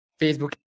Facebook